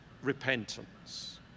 repentance